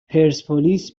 پرسپولیس